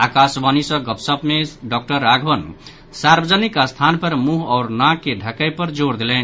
आकाशवाणी सँ गपशप मे डॉक्टर राघवन सार्वजनिक स्थान पर मुंह आओर नाक के ढकय पर जोर देलनि